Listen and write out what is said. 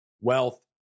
wealth